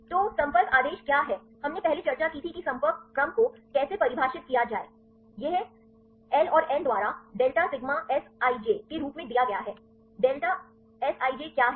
तो संपर्क आदेश क्या है हमने पहले चर्चा की थी कि संपर्क क्रम को कैसे परिभाषित किया जाए यह एल और एन द्वारा डेल्टा सिग्मा सिज के रूप में दिया गया है डेल्टा सिज क्या है